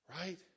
right